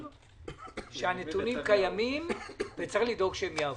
שהנתונים קיימים וצריך לדאוג שהם יעברו.